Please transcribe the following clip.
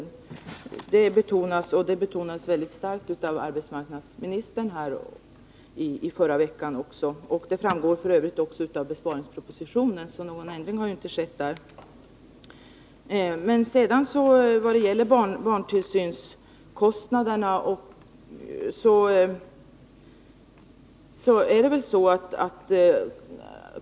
Det betonades också mycket starkt av arbetsmarknadsministern i debatten i förra veckan. Någon ändring har alltså inte skett på denna Vad gäller barntillsynskostnaderna vill jag säga följande.